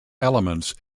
elements